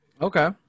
Okay